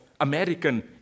American